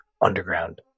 underground